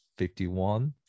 51